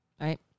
Right